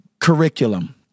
curriculum